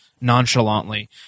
nonchalantly